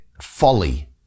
folly